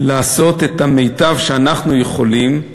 לעשות את המיטב שאנחנו יכולים,